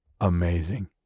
amazing